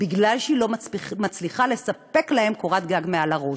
כי היא לא מצליחה לתת להם קורת גג מעל לראש.